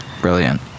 brilliant